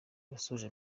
abasoje